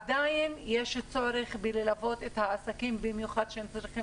עדיין יש צורך ללוות עסקים שצריכים